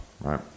Right